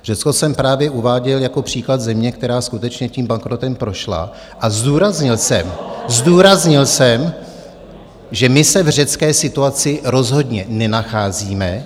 Řecko jsem právě uváděl jako příklad země, která skutečně tím bankrotem prošla, a zdůraznil jsem , zdůraznil jsem, že my se v řecké situaci rozhodně nenacházíme.